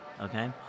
Okay